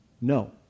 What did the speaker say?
No